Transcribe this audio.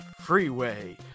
freeway